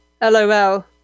LOL